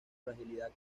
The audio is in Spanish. fragilidad